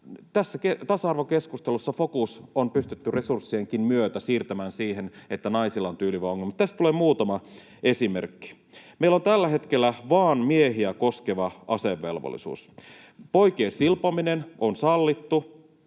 tässä tasa-arvokeskustelussa fokus on pystytty resurssienkin myötä siirtämään siihen, että tyyliin vain naisilla on ongelmia. Tässä tulee muutama esimerkki: Meillä on tällä hetkellä vain miehiä koskeva asevelvollisuus. Poikien silpominen on sallittu